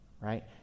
right